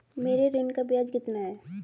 मेरे ऋण का ब्याज कितना है?